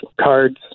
cards